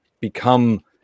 become